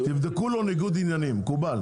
תבדקו לו ניגוד עניינים, מקובל.